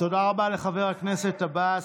תודה רבה לחבר הכנסת עבאס.